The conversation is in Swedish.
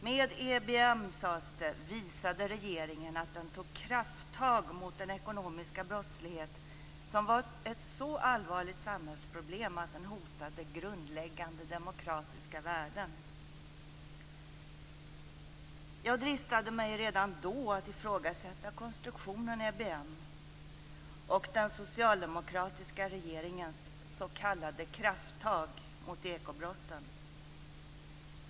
Med EBM, sades det, visade regeringen att den tog krafttag mot den ekonomiska brottslighet som var ett så allvarligt samhällsproblem att den hotade grundläggande demokratiska värden. Jag dristade mig redan då att ifrågasätta konstruktionen EBM och den socialdemokratiska regeringens s.k. krafttag mot ekobrotten.